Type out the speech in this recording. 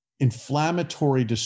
Inflammatory